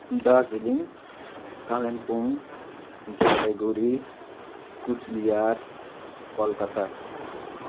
Darjeeling Kalimpong Jalpaiguri Cooch Behar Calcutta